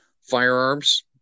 Firearms